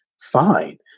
Fine